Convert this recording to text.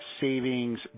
savings